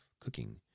cooking